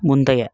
முந்தைய